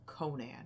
Conan